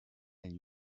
and